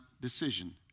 decision